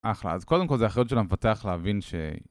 אחלה, אז קודם כל זה אחריות של המפתח להבין ש...